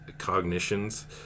cognitions